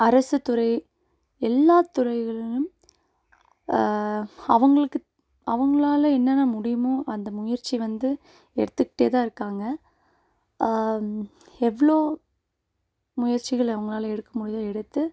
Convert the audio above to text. அரசுத்துறை எல்லா துறைகளிலும் அவர்களுக்கு அவர்களால என்னென்ன முடியுமோ அந்த முயற்சி வந்து எடுத்துக்கிட்டே தான் இருக்காங்க எவ்வளோ முயற்சிகளை அவங்களால எடுக்க முடியுதோ எடுத்து